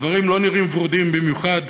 הדברים לא נראים ורודים במיוחד,